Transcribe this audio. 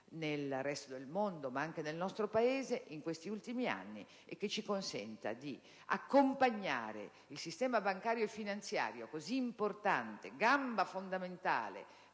nel resto del mondo, ma anche nel nostro Paese in questi ultimi anni, e che ci consenta di accompagnare il sistema bancario e finanziario, così importante, gamba fondamentale